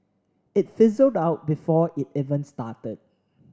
it fizzled out before it even started